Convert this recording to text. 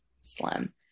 slim